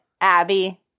Abby